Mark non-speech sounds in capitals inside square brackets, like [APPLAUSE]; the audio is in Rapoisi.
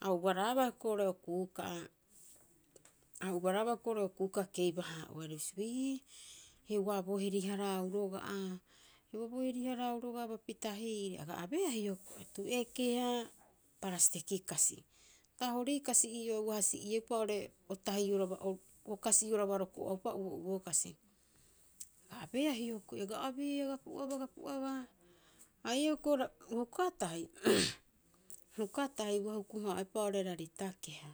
A ubaraabaa hioko'i oo'ore okuuka'a. A ubaraabaa hioko'i oo'ore okuuka'a keiba- haa'oehara bisio, aii heuaaboo heri- haraau roga'a, heuaaboo heri- haraau roga'a bapi tahiire. Aga abeea hioko'i, tu'e keha, parasiteki kasi. Uka hori kasi ii'oo, uaha si'iepa oo'ore o tahioraba o kasioraba roko'oupa uo'uo kasi. Aga abeea hioko'i, aga abeea, aga pu'abaa, aga pu'abaa. Ha ii'oo hioko'i huka tahi [NOISE] huka tahi, ua huku- haa'oepa oo're rarita keha.